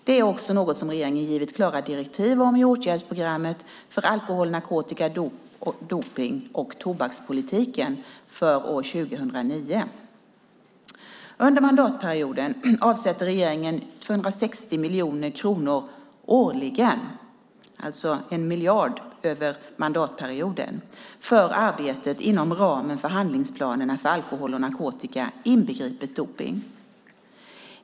Detta är också något som regeringen givit klara direktiv om i åtgärdsprogrammet för alkohol-, narkotika-, dopnings och tobakspolitiken för år 2009. Under mandatperioden avsätter regeringen 260 miljoner kronor årligen - alltså 1 miljard över mandatperioden - för arbetet inom ramen för handlingsplanerna för alkohol och narkotika, inbegripet dopning.